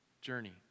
journey